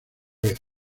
vez